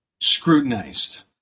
scrutinized